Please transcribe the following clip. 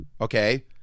okay